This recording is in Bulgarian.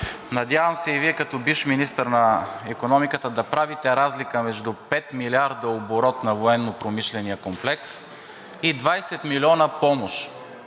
надявам се и Вие като бивш министър на икономиката да правите разлика между 5 милиарда оборот на Военнопромишления комплекс и 20 милиона помощ